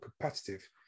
competitive